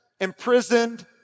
imprisoned